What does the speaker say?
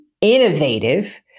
innovative